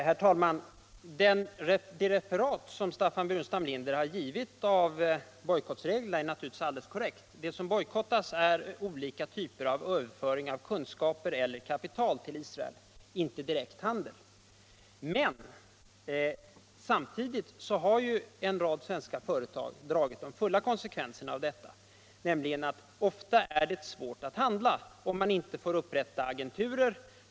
Herr talman! Det referat som herr Burenstam Linder har givit av bojkottreglerna är naturligtvis alldeles korrekt. Det som bojkottas är olika typer av överföring av kunskaper eller kapital till Israel — inte direkt handel. Men samtidigt har en rad svenska företag dragit de fulla konsekvenserna av detta: det är ofta svårt att handla, om man inte får upprätta agenturer.